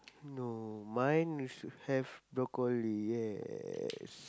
no mine is have broccoli yes